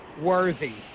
worthy